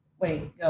Wait